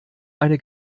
eine